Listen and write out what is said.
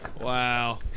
Wow